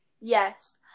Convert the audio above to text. Yes